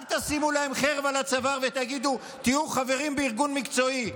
אל תשימו להם חרב על הצוואר ותגידו: תהיו חברים בארגון מקצועי.